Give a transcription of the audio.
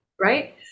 right